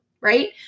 right